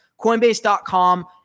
Coinbase.com